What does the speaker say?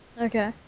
Okay